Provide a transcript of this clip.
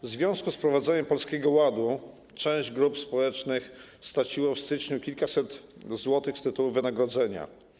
W związku z wprowadzeniem Polskiego Ładu część grup społecznych straciła w styczniu kilkaset złotych z tytułu wynagrodzenia.